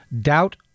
doubt